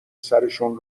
سرشون